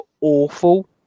awful